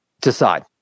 decide